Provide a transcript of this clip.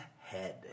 head